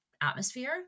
atmosphere